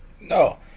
No